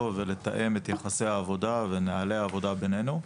ולתאם את יחסי העבודה ונהלי העבודה בינינו.